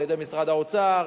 על-ידי משרד האוצר,